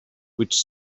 which